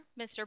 Mr